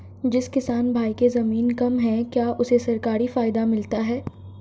जिस किसान भाई के ज़मीन कम है क्या उसे सरकारी फायदा मिलता है?